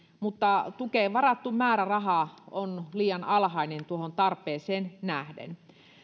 mutta tukeen varattu määräraha on liian alhainen tuohon tarpeeseen nähden